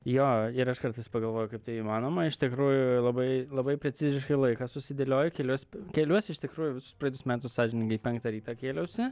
jo ir aš kartais pagalvoju kaip tai įmanoma iš tikrųjų labai labai preciziškai laiką susidėlioju keliuos keliuos iš tikrųjų visus praeitus metus sąžiningai penktą ryto kėliausi